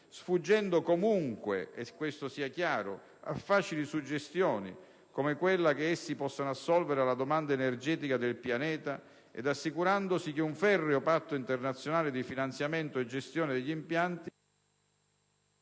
sfuggendo comunque - e questo sia chiaro - a facili suggestioni, come quella che essi possano assolvere alla domanda energetica del pianeta, ed assicurandosi che un ferreo patto internazionale di finanziamento e gestione degli impianti